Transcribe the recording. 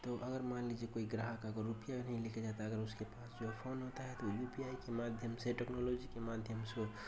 تو اگر مان لیجیے کوئی گراہک اگر روپیہ نہیں لے کے جاتا ہے اگر اس کے پاس جو ہے فون ہوتا ہے تو یو پی آئی کے مادھیم سے ٹیکنالوجی کے مادھیم سے